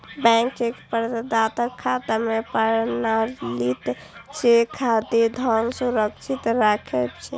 bank cheque प्रदाताक खाता मे प्रमाणित चेक खातिर धन सुरक्षित राखै छै